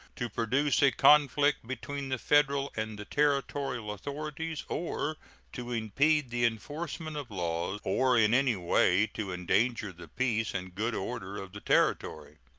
to produce a conflict between the federal and the territorial authorities, or to impede the enforcement of law, or in any way to endanger the peace and good order of the territory.